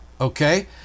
okay